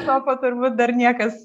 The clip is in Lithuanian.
topo turbūt dar niekas